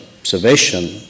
observation